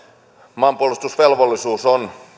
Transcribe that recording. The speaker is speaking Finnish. maanpuolustusvelvollisuus